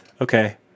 Okay